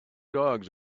dogs